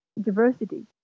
diversity